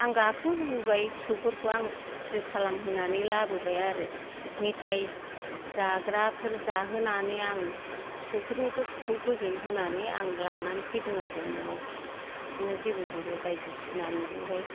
आं गाखोहोबोबाय फिसौफोरखौ आं पुरथि खालामहोनानै लाबोबाय आरो मेथाइ जाग्राफोर जाहोनानै आं फिसौफोरनि गोसोखौ गोजोन होनानै आं लानानै फैदों आरो न'आव बिदिनो जेबो जेबो बायदिसिना नुबोबाय